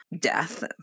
death